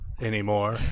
anymore